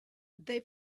they